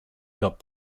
got